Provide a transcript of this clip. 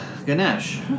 Ganesh